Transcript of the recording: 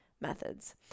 methods